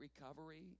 recovery